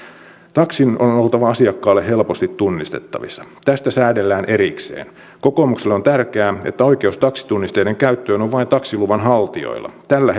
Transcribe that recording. taksin on on oltava asiakkaalle helposti tunnistettavissa tästä säädellään erikseen kokoomukselle on tärkeää että oikeus taksitunnisteiden käyttöön on vain taksiluvan haltijoilla tällä